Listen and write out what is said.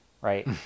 right